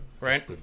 right